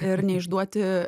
ir neišduoti